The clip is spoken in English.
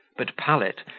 but pallet,